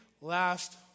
last